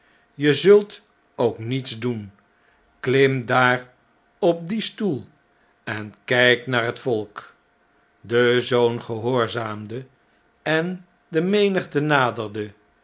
je zult ook niets doen klim daar op dien stoel en kp naar het volk de zoon gehoorzaamde en de menigte naderde